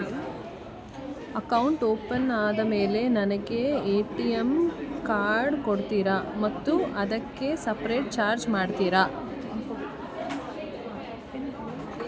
Account open ಆದಮೇಲೆ ನನಗೆ ATM card ಕೊಡ್ತೇರಾ ಮತ್ತು ಅದಕ್ಕೆ ಸಪರೇಟ್ ಚಾರ್ಜ್ ಮಾಡ್ತೇರಾ?